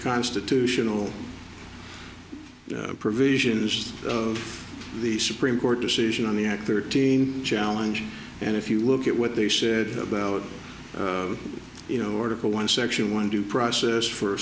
constitutional provisions the supreme court decision on the act thirteen challenge and if you look at what they said about you know article one section one due process for